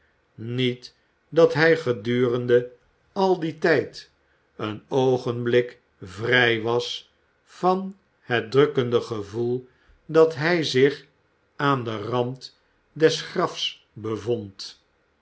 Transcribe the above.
niet dat hij gedurende al dien tijd een oogenblik vrij was van het drukkende gevoel dat hij zich aan den rand des grafs bevond